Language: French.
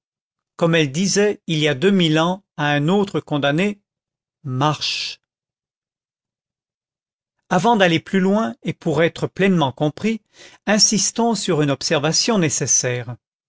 comme elle disait il y a deux mille ans à un autre condamné marche avant d'aller plus loin et pour être pleinement compris insistons sur une observation nécessaire